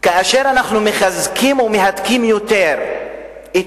כאשר אנחנו מחזקים ומהדקים יותר את